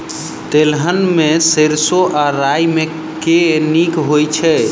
तेलहन मे सैरसो आ राई मे केँ नीक होइ छै?